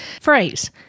phrase